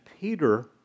Peter